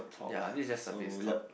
ya this is just surface talk